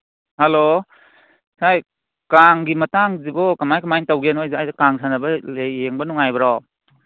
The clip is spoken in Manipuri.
ꯍꯜꯂꯣ ꯍꯥꯏ ꯀꯥꯡꯒꯤ ꯃꯇꯥꯡꯁꯤꯕꯨ ꯀꯃꯥꯏ ꯀꯃꯥꯏꯅ ꯇꯧꯕꯒꯦ ꯅꯈꯣꯏ ꯑꯗꯨꯋꯥꯏꯗ ꯀꯥꯡ ꯁꯥꯟꯅꯕ ꯀꯔꯤ ꯀꯔꯤ ꯌꯦꯡꯕ ꯅꯨꯡꯉꯥꯏꯕ꯭ꯔꯣ